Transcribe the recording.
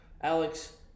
alex